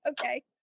Okay